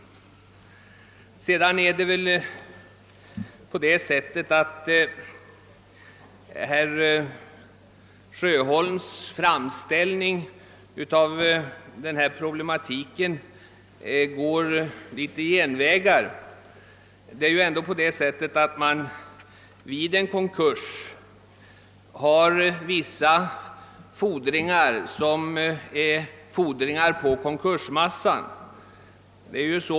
Det är nog också på det sättet ati herr Sjöholms framställning av den aktuella problematiken går en del genvägar. Vid en konkurs förekommer vissa fordningar på konkursmassan.